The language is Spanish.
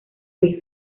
luis